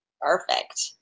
perfect